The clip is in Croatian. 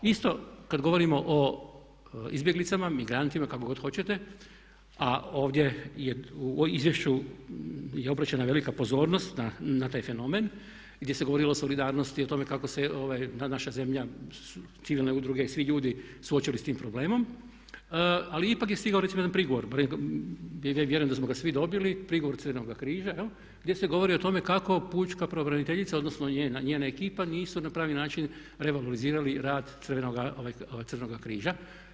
Isto kad govorimo o izbjeglicama, migrantima kako god hoćete a ovdje je u izvješću obraćena velika pozornosti na taj fenomen gdje se govori o solidarnosti, o tome kako se naša zemlja, civilne udruge i svi ljudi suočili s tim problemom ali ipak je stigao recimo jedan prigovor i vjerujem da smo ga svi dobili prigovor Crvenoga križa gdje se govori o tome kako pučka pravobraniteljica odnosno njena ekipa nisu na pravi način revalorizirali rad Crvenoga križa.